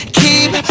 keep